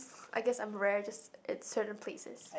I guess I'm rare just in certain places